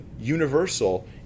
universal